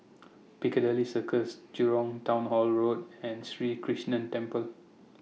Piccadilly Circus Jurong Town Hall Road and Sri Krishnan Temple